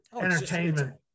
entertainment